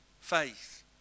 faith